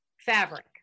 fabric